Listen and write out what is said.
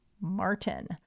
Martin